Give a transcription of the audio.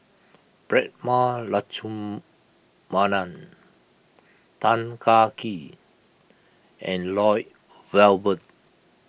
Prema Letchumanan Tan Kah Kee and Lloyd Valberg